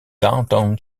downtown